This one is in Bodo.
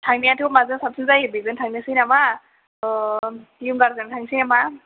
थांनायाथ' माजों साबसिन जायो बेजों थांनोसै नामा उइिंगारजों थांसै नामा